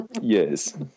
Yes